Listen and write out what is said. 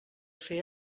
fer